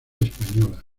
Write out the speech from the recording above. española